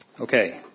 Okay